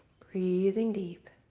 breathing deep.